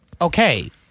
Okay